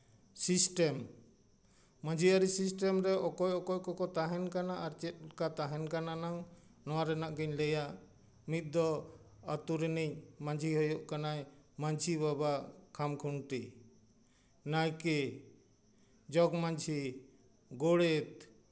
system ᱢᱟᱺᱡᱷᱤ ᱟᱹᱨᱤ system ᱨᱮ ᱚᱠᱚᱭ ᱚᱠᱚᱭ ᱠᱚ ᱛᱟᱦᱮᱱ ᱠᱟᱱᱟ ᱟᱨ ᱪᱮᱫ ᱠᱟ ᱛᱟᱦᱮᱱ ᱠᱟᱱᱟ ᱱᱟᱝ ᱱᱚᱣᱟ ᱨᱮᱱᱟᱜ ᱜᱮᱧ ᱞᱟᱹᱭᱟ ᱱᱤᱛ ᱫᱚ ᱟᱛᱳ ᱨᱤᱱᱤᱡ ᱢᱟᱺᱡᱷᱤ ᱦᱩᱭᱩᱜ ᱠᱟᱱᱟᱭ ᱢᱟᱺᱡᱷᱤ ᱵᱟᱵᱟ ᱠᱷᱟᱢᱠᱷᱩᱱᱴᱤ ᱱᱟᱭᱠᱮ ᱡᱚᱜᱽ ᱢᱟᱺᱡᱷᱤ ᱜᱳᱰᱮᱛ